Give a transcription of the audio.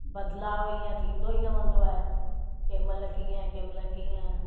बदिलाव ईअं थींदो ई रहंदो आहे कंहिं माल्हि कीअं कंहिं माल्हि कीअं